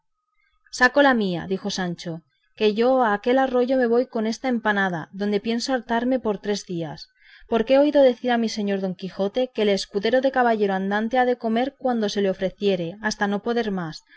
saco la mía dijo sancho que yo a aquel arroyo me voy con esta empanada donde pienso hartarme por tres días porque he oído decir a mi señor don quijote que el escudero de caballero andante ha de comer cuando se le ofreciere hasta no poder más